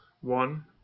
one